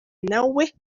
nawe